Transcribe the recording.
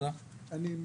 באנו